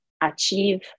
achieve